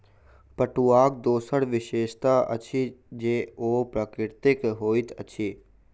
पटुआक दोसर विशेषता अछि जे ओ प्राकृतिक होइत अछि